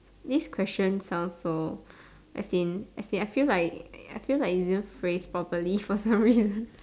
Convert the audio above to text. this question sounds so as in as in I feel like I feel like it didn't phrase properly for some reason